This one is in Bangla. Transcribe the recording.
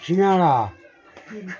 সিঙ্গাড়া